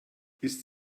ist